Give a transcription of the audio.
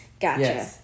gotcha